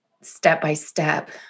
step-by-step